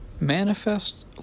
manifest